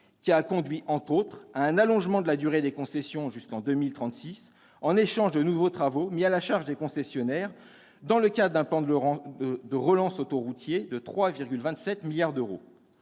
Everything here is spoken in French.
a conduit, entre autres choses, à un allongement jusqu'en 2036 de la durée des concessions, en échange de nouveaux travaux mis à la charge des concessionnaires, dans le cadre d'un plan de relance autoroutier de 3,27 milliards d'euros.